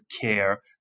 care